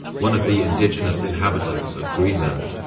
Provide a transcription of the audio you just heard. one of the indigenous inhabitants of greenland.